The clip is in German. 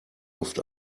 oft